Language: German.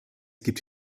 gibt